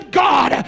god